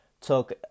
took